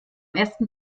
ersten